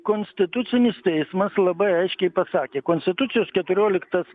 konstitucinis teismas labai aiškiai pasakė konstitucijos keturioliktas